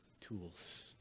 tools